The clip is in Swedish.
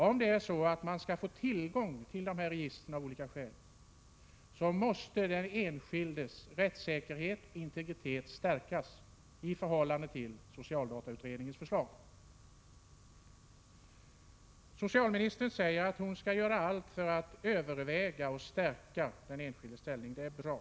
Om man av olika skäl skall ha tillgång till dessa register, måste den enskildes rättssäkerhet och integritet stärkas i förhållande till vad som anges i socialdatautredningens förslag. Socialministern säger att hon skall göra allt när det gäller att överväga dessa frågor och att stärka den enskildes ställning, och det är bra.